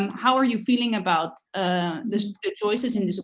um how are you feeling about the choices in